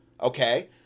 okay